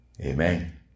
Amen